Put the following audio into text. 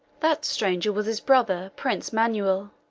that stranger was his brother, prince manuel,